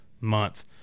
month